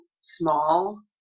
small